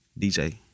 DJ